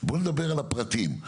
נדבר על הפרטים.